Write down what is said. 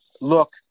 look